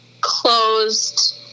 closed